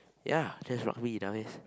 ya that's rugby dumb ass